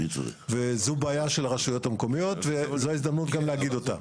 זו בעיה יש לרשויות המקומיות וזו ההזדמנות גם להגיד אותה.